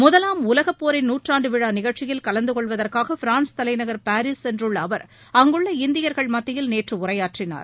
முதலாம் உலகப்போரின் நூற்றாண்டு விழா நிகழ்ச்சியில் கலந்து கொள்வதற்காக பிரான்ஸ் தலைநகள் பாரீஸ் சென்றுள்ள அவர் அங்குள்ள இந்தியர்கள் மத்தியில் நேற்று உரையாற்றினார்